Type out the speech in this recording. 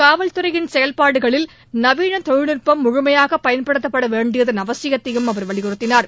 காவல்துறையின் செயல்பாடுகளில் நவீனதொழில்நுட்பம் முழுமையாகபயன்படுத்தப்படவேண்டியதன் அவசியத்தையும் அவர் வலியுறுத்தினார்